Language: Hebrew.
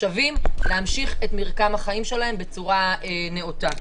תושבים להמשיך את מרקם החיים שלהם בצורה נאותה.